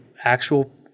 actual